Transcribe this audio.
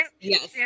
Yes